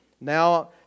Now